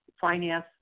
finance